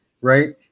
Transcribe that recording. right